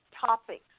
topics